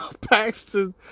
Paxton